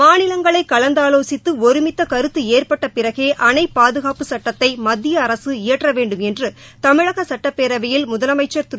மாநிலங்களை கலந்தாலோசித்து ஒருமித்த கருத்து ஏற்பட்ட பிறகே அணை பாதுகாப்பு சட்டத்தை மத்திய அரக இயற்ற வேண்டும் என்று தமிழக சுட்டப்பேரவையில் முதலமைச்சா் திரு